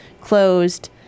closed